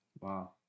Wow